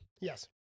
Yes